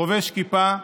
חובש כיפה,